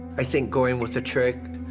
i think going with a trick,